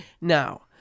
Now